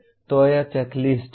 तो यह चेकलिस्ट है